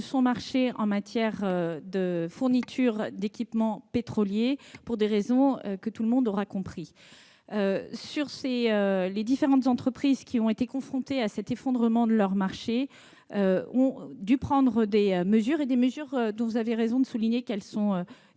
son marché en matière de fourniture d'équipements pétroliers, pour des raisons que tout le monde comprend. Les différentes entreprises qui ont été confrontées à un tel effondrement de leur marché ont dû prendre des mesures dont vous avez raison de souligner qu'elles ont